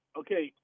okay